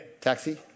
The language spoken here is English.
Taxi